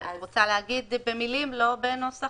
את רוצה להגיד את זה במילים ולא בהקראה?